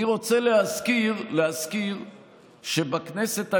אני רוצה להזכיר שבכנסת העשרים,